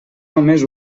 només